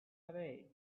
away